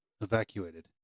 evacuated